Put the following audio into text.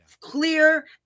Clear